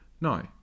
No